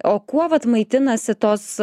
o kuo vat maitinasi tos